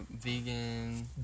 vegan